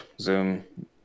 zoom